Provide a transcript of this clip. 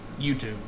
YouTube